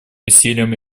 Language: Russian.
усилиям